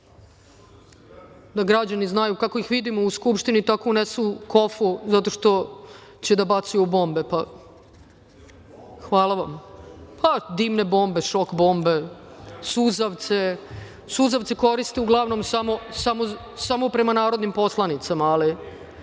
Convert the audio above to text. građani znaju, kako ih vidimo u Skupštini, tako unesu kofu zato što će da bacaju bombe. Hvala vam. Dimne bombe, šok bombe, suzavce. Suzavce koriste uglavnom samo prema narodnim poslanicama.